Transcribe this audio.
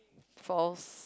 false